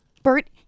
Bert